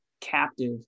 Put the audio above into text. captive